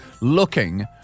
looking